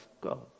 God